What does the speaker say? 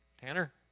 Tanner